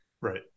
Right